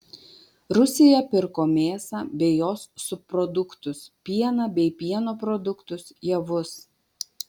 rusija pirko mėsą bei jos subproduktus pieną bei pieno produktus javus